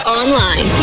online